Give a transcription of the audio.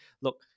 look